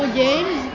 games